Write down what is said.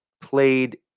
played